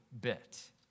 bit